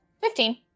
Fifteen